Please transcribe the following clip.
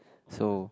so